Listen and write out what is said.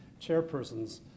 chairpersons